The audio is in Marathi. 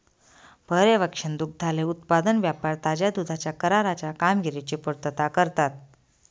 पर्यवेक्षण दुग्धालय उत्पादन व्यापार ताज्या दुधाच्या कराराच्या कामगिरीची पुर्तता करते